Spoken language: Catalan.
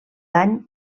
dany